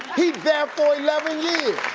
he there for eleven years!